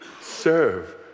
serve